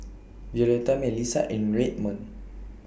Violetta Melissa and Redmond